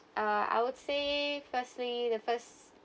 uh I would say firstly the first